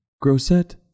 Grosset